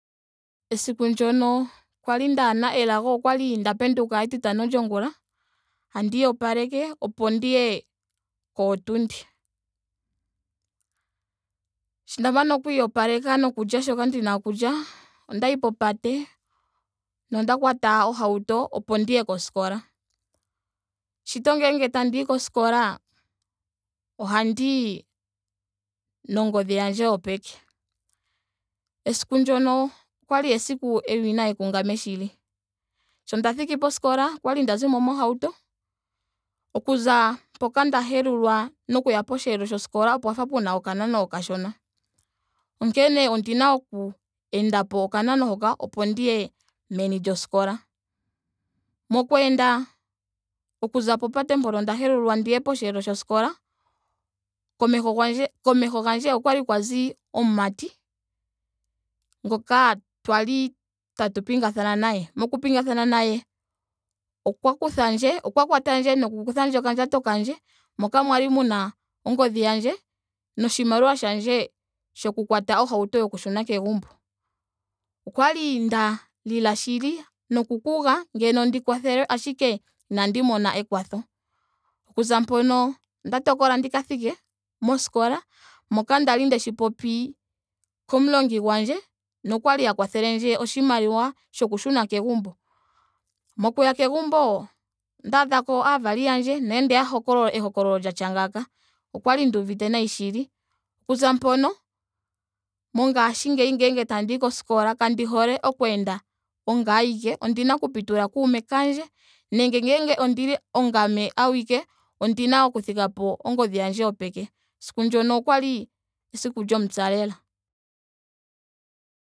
Esiku ndyono kwali ndaana elago okwali nda penduka etitano lyongula opo ndiye kootundi. Sho nda mana oku iyopaleka noku lya shoka ndina oku lya ondayi popate. nonda kwata ohauto opo ndi ye koskola. Shito ngele tandiyi koskola ohandiyi nongodhi yandje yopeke. esiku ndyoka okwali esiku ewinayi kungame shili. Sho nda thiki poskola okwalli nda zimo mohauto. Okuza mpoka nda helulwa nokuya posheelo shoskola opwa fa pena okanona okashona. Onkene ondina oku enda po okanano hoka opo ndiye meni lyoskola. Mokweenda okuza popate mpoka nda helulwa ndiye posheelo shoskola. komeho gwandje komeho gandje okwali kwa zi omumati ngoka twali tatu pingathana naye. Moku pingathana naye okwa kuthandje. okwa kwatandje noku kuthandje okandjato kandje moka mwali muna ongodhi yandje noshimaliwa shandje shoku kwata ohauto yoku shuna kegumbo. Okwali nda lila shili noku kuga ngeno ndi kwathelwe. ashike inandi mona ekwatho. Okuza mpoka onda tokola ndika thike moskola. moka kwali ndeshi popi komulongi gwandje nokwali a kwathelendje oshimaliwa shoku shuna kegumbo. Mokuya kegumbo ondaadha ko aavali yandje. nayo ondeya hokololela ehokololo lyafa ngaaka. Okwali nduuvite nayi shili. Okuza mpono mongaashingeyi ngele tandiyi koskola kandi hole oku enda ongame awike. ondina oku pitula kuuke kandje. nenge ngele ondili ongame awike ondina oku thigapo ongodhi yandje yopeke. Esiku ndyono okwali esiku lyomupya lela.